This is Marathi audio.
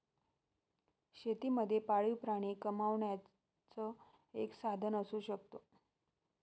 शेती मध्ये पाळीव प्राणी कमावण्याचं एक साधन असू शकतो